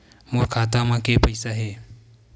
मोर खाता म के पईसा हे?